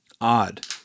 odd